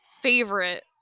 favorite